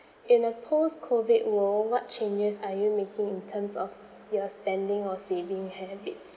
in a post COVID world what changes are you making in terms of your spending or saving habits